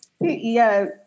yes